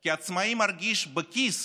כי עצמאי מרגיש בכיס